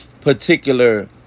Particular